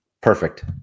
Perfect